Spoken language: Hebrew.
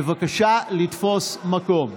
בבקשה לתפוס מקום.